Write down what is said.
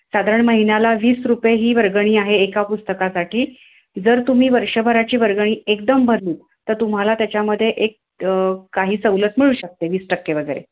साधारण महिन्याला वीस रुपये ही वर्गणी आहे एका पुस्तकासाठी जर तुम्ही वर्षभराची वर्गणी एकदम भरली तर तुम्हाला त्याच्यामध्ये एक काही सवलत मिळू शकते वीस टक्के वगैरे